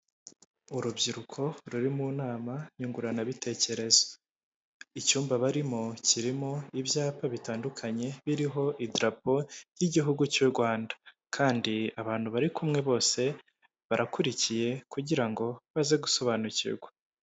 Urubyiruko ruri mu nama nyunguranabitekerezo. Icyumba barimo kirimo ibyapa bitandukanye, biriho idarapo y'igihugu cy'u Rwanda. Kandi abantu bari kumwe bose barakurikiye, kugira ngo baze gusobanukirwa.